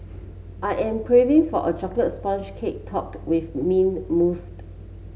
I am craving for a chocolates sponge cake topped with mint mousse